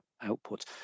output